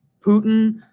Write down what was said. Putin